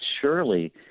Surely